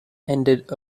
ended